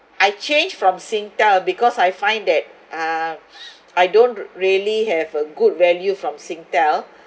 I changed from singtel because I find that uh I don't rea~ really have a good value from singtel